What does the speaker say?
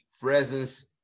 presence